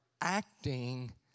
acting